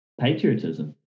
patriotism